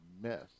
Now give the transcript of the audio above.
mess